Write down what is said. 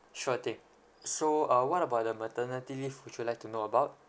sure thing so uh what about the maternity leave would you like to know about